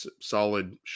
solid